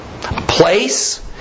place